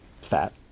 fat